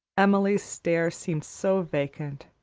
emily's stare seemed so vacant,